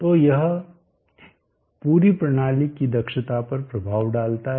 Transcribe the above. तो यह पूरी प्रणाली की दक्षता पर प्रभाव डालता है